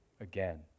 again